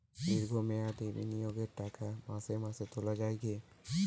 দীর্ঘ মেয়াদি বিনিয়োগের টাকা মাসে মাসে তোলা যায় কি?